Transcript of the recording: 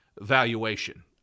valuation